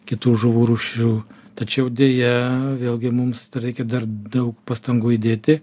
kitų žuvų rūšių tačiau deja vėlgi mums reikia dar daug pastangų įdėti